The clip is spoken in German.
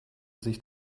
sich